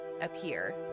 appear